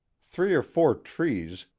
three or four trees,